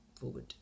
forward